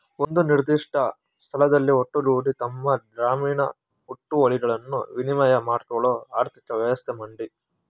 ಒಂದು ನಿರ್ದಿಷ್ಟ ಸ್ಥಳದಲ್ಲಿ ಒಟ್ಟುಗೂಡಿ ತಮ್ಮ ಗ್ರಾಮೀಣ ಹುಟ್ಟುವಳಿಗಳನ್ನು ವಿನಿಮಯ ಮಾಡ್ಕೊಳ್ಳೋ ಆರ್ಥಿಕ ವ್ಯವಸ್ಥೆ ಮಂಡಿ